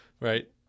Right